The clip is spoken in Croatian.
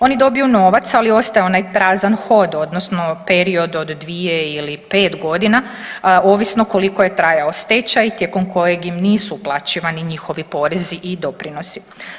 Oni dobiju novac, ali ostaje onaj prazan hod, odnosno period od dvije ili pet godina ovisno koliko je trajao stečaj tijekom kojeg im nisu uplaćivani njihovi porezi i doprinosi.